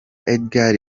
edgar